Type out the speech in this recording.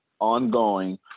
ongoing